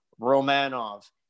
Romanov